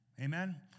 Amen